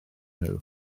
nhw